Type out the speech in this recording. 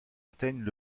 atteignent